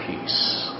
peace